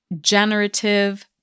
Generative